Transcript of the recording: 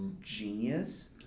genius